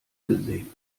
gesehen